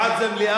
בעד זה מליאה.